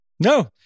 No